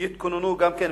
יתכוננו גם כן,